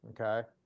Okay